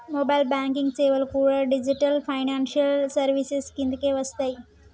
mobile banking సేవలు కూడా digital financial services కిందకే వస్తయ్యి